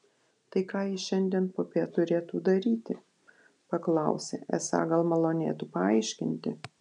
tai ką jis šiandien popiet turėtų daryti paklausė esą gal malonėtų paaiškinti